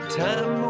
time